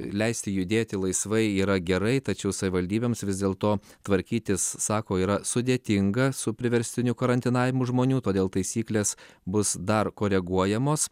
leisti judėti laisvai yra gerai tačiau savivaldybėms vis dėl to tvarkytis sako yra sudėtinga su priverstiniu karantinavimu žmonių todėl taisyklės bus dar koreguojamos